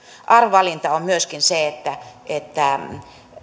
arvovalinta on myöskin se että että